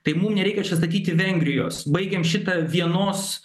tai mum nereikia čia statyti vengrijos baigiam šitą vienos